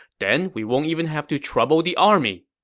then we won't even have to trouble the army.